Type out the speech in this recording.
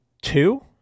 Two